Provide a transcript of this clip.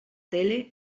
tele